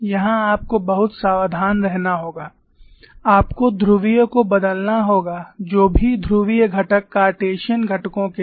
यहां आपको बहुत सावधान रहना होगा आपको ध्रुवीय को बदलना होगा जो भी ध्रुवीय घटक कार्टेसियन घटकों के लिए